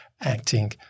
acting